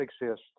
exist